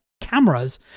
cameras